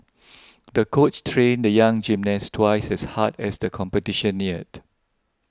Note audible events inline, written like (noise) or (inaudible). (noise) the coach trained the young gymnast twice as hard as the competition neared